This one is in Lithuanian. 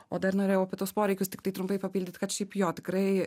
o dar norėjau apie tuos poreikius tiktai trumpai papildyt kad šiaip jo tikrai